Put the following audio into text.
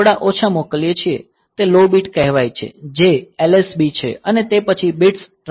તે low bit કહેવાય છે જે LSB છે અને તે પછી બિટ્સ ટ્રાન્સમિટ થાય છે